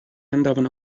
andavano